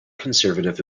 conservative